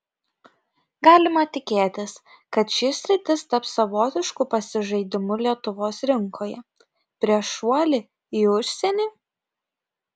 galima tikėtis kad ši sritis taps savotišku pasižaidimu lietuvos rinkoje prieš šuolį į užsienį